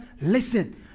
Listen